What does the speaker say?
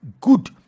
good